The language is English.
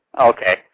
okay